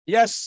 Yes